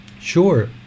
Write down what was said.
Sure